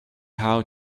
how